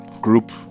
group